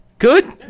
Good